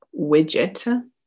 widget